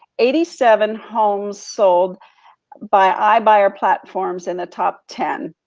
eighty seven homes sold by ibuyer platform in the top ten.